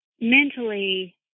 mentally